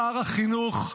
שר החינוך,